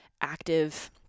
active